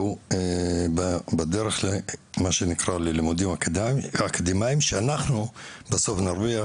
והוא בדרך ללימודים אקדמאיים, שאנחנו בסוף נרוויח